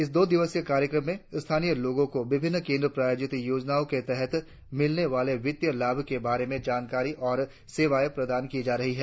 इस दो दिवसीय कार्यक्रम में स्थानीय लोगों को विभिन्न केंद्र प्रायोजित योजनाओं के तहत मिलने वाले वित्तीय लाभ के बारे में जानकारी और सेवाएं प्रदान की जा रही है